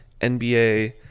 NBA